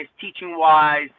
teaching-wise